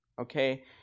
okay